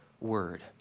word